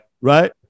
Right